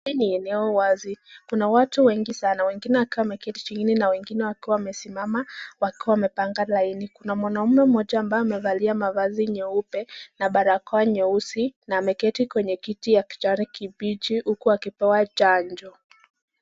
Hii ni eneo wazi, kuna watu wengi sana, wengine wakiwa wameketi chini na wengine wakiwa wamesimama wakiwa wamepanga laini, kuna mwanaume mmoja ambaye amevaa mavazi meupe na barakoa nyeusi na ameketi kwenye kiti ya kijani kibichi huku akipewa chanjo.